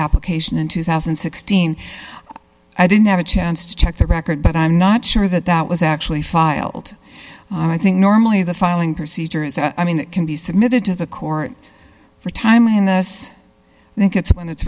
application in two thousand and sixteen i didn't have a chance to check the record but i'm not sure that that was actually filed and i think normally the filing procedures i mean can be submitted to the court for time in the us i think it's when it's